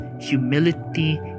humility